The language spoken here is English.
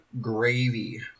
gravy